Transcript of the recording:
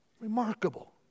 Remarkable